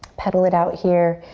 pedal it out here.